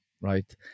right